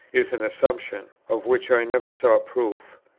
is an assumption, of which i never saw proof.